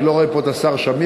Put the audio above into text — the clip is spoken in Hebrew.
אני לא רואה פה את השר שמיר,